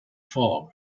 fog